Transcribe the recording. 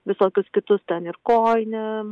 visokius kitus ten ir kojinėm